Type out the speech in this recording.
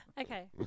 Okay